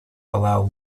allow